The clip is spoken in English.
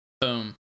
Boom